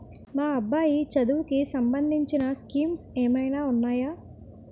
మా అబ్బాయి చదువుకి సంబందించిన స్కీమ్స్ ఏమైనా ఉన్నాయా?